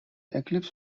eclipse